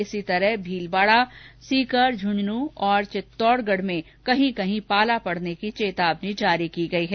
इसी तरह भीलवाड़ा सीकर झूंझुनू तथा चित्तौडगढ़ में कहीं कहीं पाला पड़ने की चेतावनी जारी की गयी है